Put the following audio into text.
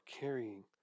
carrying